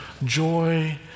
Joy